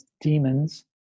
demons